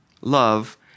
Love